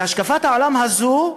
והשקפת העולם הזאת,